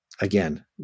again